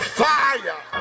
fire